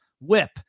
whip